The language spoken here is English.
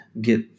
get